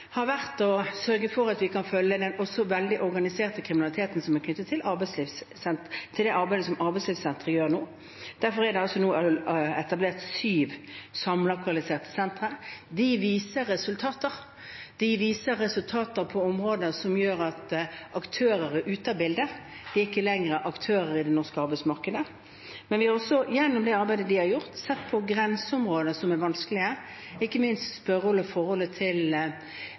har vært å sørge for at vi kan følge med på den veldig organiserte kriminaliteten knyttet til det arbeidet som arbeidslivssentrene gjør nå. Derfor er det nå etablert syv samlokaliserte sentre. De viser resultater, de viser resultater på områder som gjør at aktører er ute av bildet – de er ikke lenger aktører i det norske arbeidsmarkedet. Men vi har også gjennom arbeidet de har gjort, sett på grenseområder som er vanskelige – ikke minst det som skjer når arbeidskraft kommer inn til